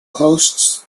hosts